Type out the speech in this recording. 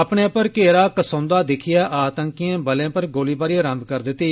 अपने पर घेरा कसौन्दा दिक्खियै आतंकियें बलें पर गोलीबारी रम्भ करी दित्ती